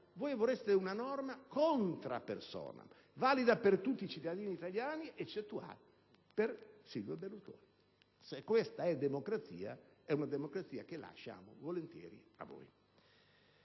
voi vorreste una norma *contra personam*, valida per tutti i cittadini italiani eccetto uno: Silvio Berlusconi. Se questa è democrazia, è una democrazia che lasciamo volentieri a voi.